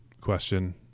question